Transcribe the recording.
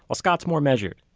while scott is more measured.